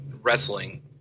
wrestling